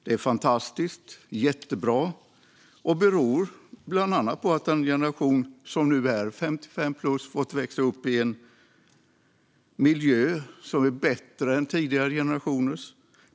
Detta är fantastiskt och beror bland annat på att den generation som nu är 55-plus fått växa upp i en miljö som är bättre än tidigare generationers.